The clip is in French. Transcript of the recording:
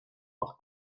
par